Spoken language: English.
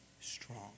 strong